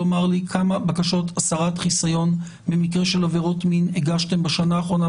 לומר לי כמה בקשות הסרת חיסיון במקרה של עבירות מין הגשתם בשנה האחרונה?